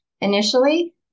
initially